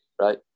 right